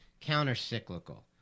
counter-cyclical